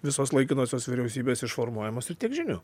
visos laikinosios vyriausybės išformuojamos ir tiek žinių